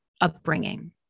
upbringing